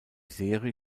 serie